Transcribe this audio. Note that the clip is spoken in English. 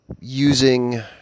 using